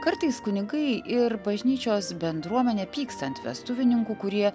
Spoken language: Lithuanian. kartais kunigai ir bažnyčios bendruomenė pyksta ant vestuvininkų kurie